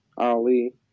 Ali